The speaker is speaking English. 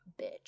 bitch